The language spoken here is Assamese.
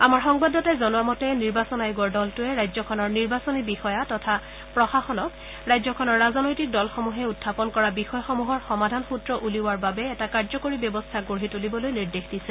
আমাৰ সংবাদদাতাই জনোৱা মতে নিৰ্বাচন আয়োগৰ দলটোৱে ৰাজ্যখনৰ নিৰ্বাচনী বিষয়া তথা প্ৰশাসনক ৰাজ্যখনৰ ৰাজনৈতিক দলসমূহে উখাপন কৰা বিষয়সমূহৰ সমাধান সূত্ৰ উলিওৱাৰ বাবে এটা কাৰ্যকৰী ব্যৱস্থা গঢ়ি তুলিবলৈ নিৰ্দেশ দিছে